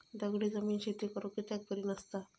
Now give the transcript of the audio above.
दगडी जमीन शेती करुक कित्याक बरी नसता?